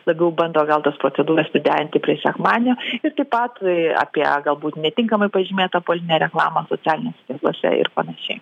labiau bando gal tas procedūras priderinti prie sekmadienio ir taip apie galbūt netinkamai pažymėtą politinę reklamą socialiniuose tinkluose ir panašiai